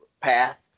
path